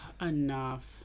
Enough